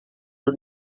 are